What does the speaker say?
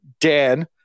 Dan